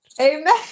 amen